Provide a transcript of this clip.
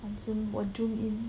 and zoom will zoom in